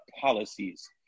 policies